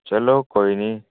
चलो कोई निं